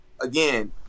again